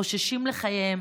חוששים לחייהם,